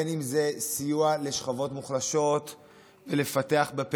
בין שזה סיוע לשכבות מוחלשות ולפתח יכולות